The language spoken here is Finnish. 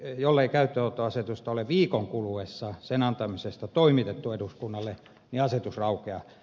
jollei käyttöönottoasetusta ole viikon kuluessa sen antamisesta toimitettu eduskunnalle asetus raukeaa